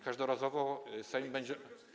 Każdorazowo Sejm będzie.